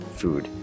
food